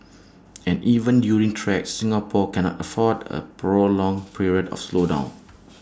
and even during threats Singapore cannot afford A prolonged period of slowdown